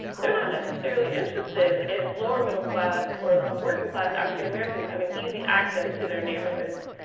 they're not necessarily interested in lower middle class or working class african american having easy access to their neighborhoods.